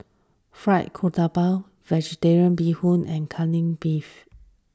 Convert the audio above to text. Fried Garoupa Vegetarian Bee Hoon and Kai Lan Beef